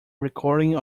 recording